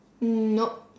mm nope